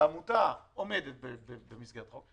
שהעמותה עומדת במסגרת החוק.